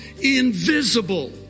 invisible